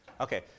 Okay